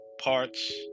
parts